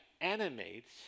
animates